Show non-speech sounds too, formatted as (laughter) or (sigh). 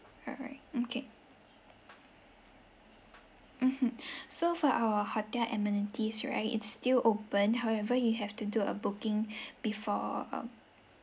alright okay mmhmm (breath) so for our hotel amenities right it's still open however you have to do a booking (breath) before um